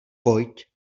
pojď